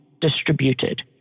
distributed